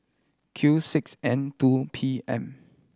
Q six N two P M